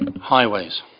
Highways